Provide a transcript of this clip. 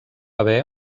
haver